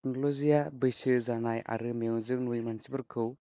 टेक्न'ल'जिया बैसो जानाय आरो मेगनजों नुयि मानसिफोरखौ